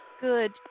Good